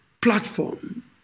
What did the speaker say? platform